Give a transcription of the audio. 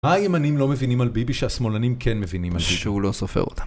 מה הימנים לא מבינים על ביבי, שהשמאלנים כן מבינים על ביבי? -שהוא לא סופר אותם.